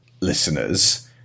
listeners